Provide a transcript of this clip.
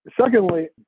Secondly